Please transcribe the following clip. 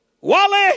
Wally